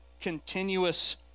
continuous